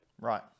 Right